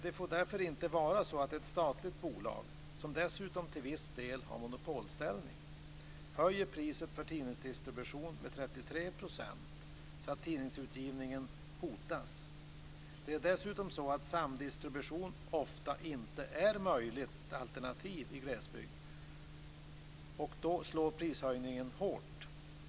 Det får därför inte vara så att ett statligt bolag, som dessutom till viss del har en monopolställning, höjer priset för tidningsdistribution med 33 % så att tidningsutgivningen hotas. Samdistribution är ofta inte ett möjligt alternativ i glesbygd. Då slår prishöjningen hårt.